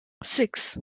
six